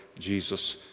jesus